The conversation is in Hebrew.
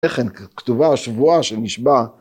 לכן כתובה השבועה של נשבע.